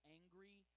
angry